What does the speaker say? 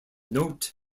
note